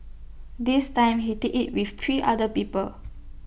this time he did IT with three other people